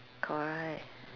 correct